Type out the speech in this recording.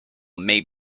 may